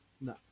No